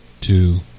two